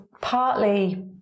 partly